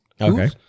Okay